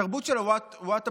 כי הוא עושה ווטאבאוטיזם.